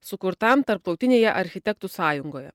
sukurtam tarptautinėje architektų sąjungoje